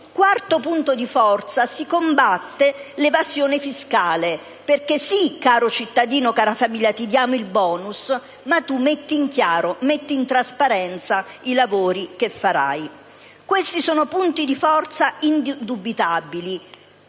con il provvedimento si combatte anche l'evasione fiscale, perché sì, caro cittadino, cara famiglia, ti diamo il *bonus* fiscale, ma tu metti in chiaro, metti in trasparenza i lavori che farai. Questi sono punti di forza indubitabili,